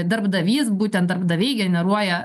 darbdavys būtent darbdaviai generuoja